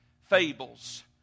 fables